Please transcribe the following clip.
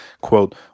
quote